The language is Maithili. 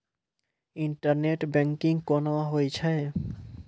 इंटरनेट बैंकिंग कोना होय छै?